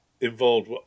Involved